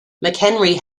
mchenry